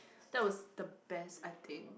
that was the best I think